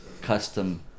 custom